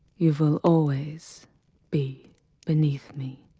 you will always be beneath me.